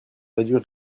réduire